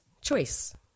choice